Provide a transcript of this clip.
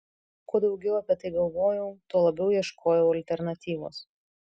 kuo daugiau apie tai galvojau tuo labiau ieškojau alternatyvos